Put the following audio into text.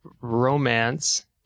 romance